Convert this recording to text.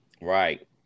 Right